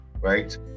right